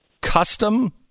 custom